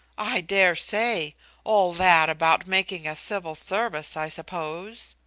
i dare say all that about making a civil service, i suppose?